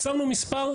שמנו מספר.